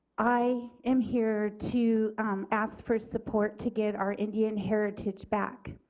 i am here to ask for support to get our indian heritage back.